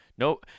No